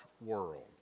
world